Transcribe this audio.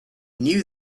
knew